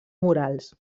morals